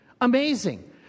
Amazing